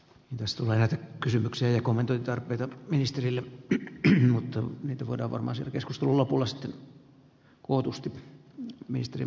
vastuu näitä kysymyksiä ja kommentoi tärkeitä ministerillä mutta niitä voida varmasti turva säilyy